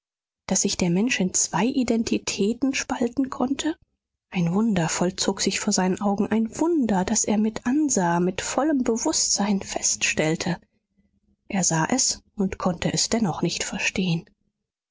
daß sich der mensch in zwei identitäten spalten konnte ein wunder vollzog sich vor seinen augen ein wunder das er mit ansah mit vollem bewußtsein feststellte er sah es und konnte es dennoch nicht verstehen